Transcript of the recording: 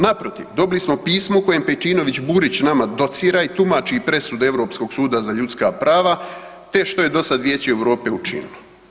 Naprotiv, dobili smo pismo u kojem Pejčinović Burić nama docira i tumači presudu Europskog suda za ljudska prava, te što je do sad Vijeće Europe učinilo.